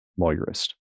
Lawyerist